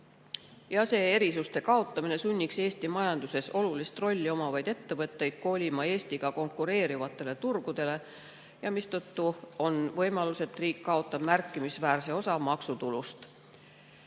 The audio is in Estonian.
ja see erisuste kaotamine sunniks Eesti majanduses olulist rolli omavaid ettevõtteid kolima Eestiga konkureerivatele turgudele, mistõttu on võimalus, et riik kaotab märkimisväärse osa maksutulust.